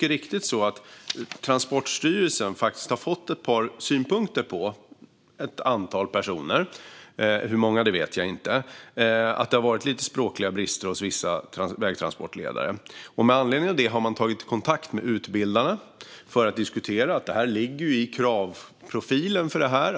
Transportstyrelsen har mycket riktigt fått synpunkter på ett antal personer. Hur många det handlar om vet jag inte. Det har funnits språkliga brister hos vissa vägtransportledare. Med anledning av det har man tagit kontakt med utbildarna för att diskutera det här och framföra att detta finns i kravprofilen.